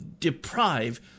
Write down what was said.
deprive